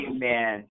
Amen